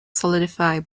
solidify